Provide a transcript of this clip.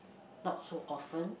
not so often